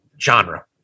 genre